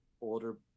older